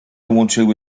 łączyły